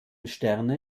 sterne